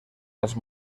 las